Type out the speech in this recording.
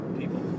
people